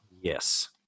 Yes